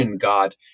God